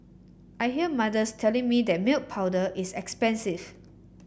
I hear mothers telling me that milk powder is expensive